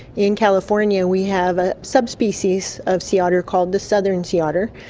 in california we have a subspecies of sea otter called the southern sea otter,